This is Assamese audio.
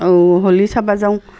ও হোলী চাব যাওঁ